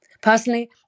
Personally